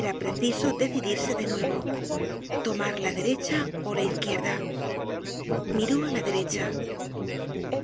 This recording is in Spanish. era preciso decidirse de nuevo tomar la derecha ó la izquierda miró á la derecha